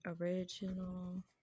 Original